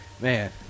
man